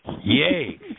Yay